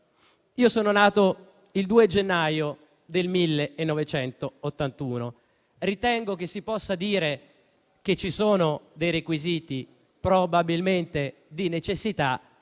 Io sono nato il 2 gennaio 1981. Ritengo che si possa dire che ci sono dei requisiti probabilmente di necessità,